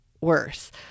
worse